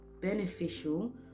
beneficial